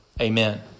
amen